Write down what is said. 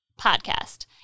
podcast